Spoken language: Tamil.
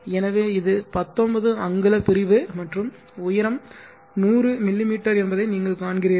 எனவே இது 19 அங்குல பிரிவு மற்றும் உயரம் 100 மிமீ என்பதை நீங்கள் காண்கிறீர்கள்